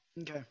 Okay